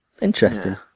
Interesting